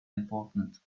important